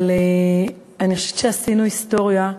אבל אני חושבת שעשינו היסטוריה,